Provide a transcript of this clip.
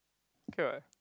okay [what]